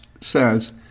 says